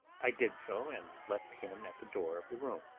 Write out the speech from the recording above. i did so, and left him at the door of the room,